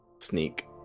Sneak